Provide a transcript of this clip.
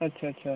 अच्छा अच्छा